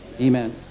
Amen